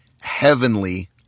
heavenly